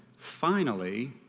finally,